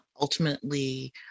ultimately